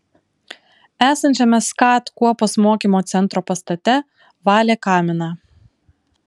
esančiame skat kuopos mokymo centro pastate valė kaminą